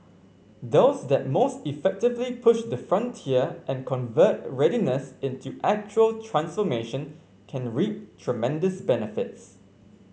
those that most effectively push the frontier and convert readiness into actual transformation can reap tremendous benefits